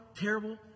terrible